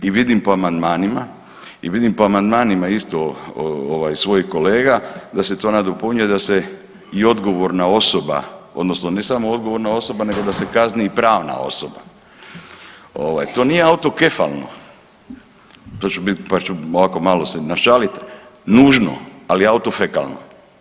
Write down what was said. I vidim po amandmanima i vidim po amandmanima isto ovaj svojih kolega da se to nadopunjuje da se i odgovorna osoba odnosno ne samo odgovorna osoba nego da se kazni i pravna osoba, ovaj to nije autokefalno, pa ću bit, pa ću ovako malo se našalit, nužno, ali autofekalno.